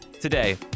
Today